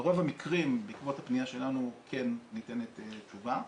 ברוב המקרים בעקבות הפנייה שלנו כן ניתנת תשובה,